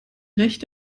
recht